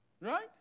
Right